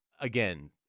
again